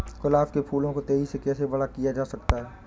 गुलाब के फूलों को तेजी से कैसे बड़ा किया जा सकता है?